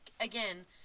again